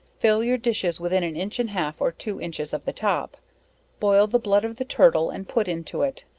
fill your dishes within an inch an half, or two inches of the top boil the blood of the turtle, and put into it,